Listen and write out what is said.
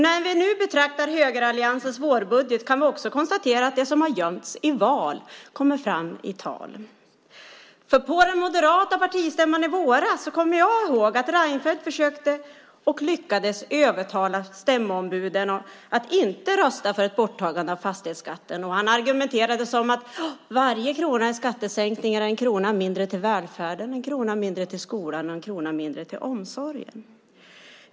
När vi nu betraktar högeralliansens vårbudget kan vi också konstatera att det som har gömts i val kommer fram i tal. Jag kommer ihåg att på den moderata partistämman i våras försökte, och lyckades, Reinfeldt övertala stämmoombuden att inte rösta för ett borttagande av fastighetsskatten. Han argumenterade och sade att varje krona i skattesänkning är en krona mindre till välfärden, en krona mindre till skolan och en krona mindre till omsorgen.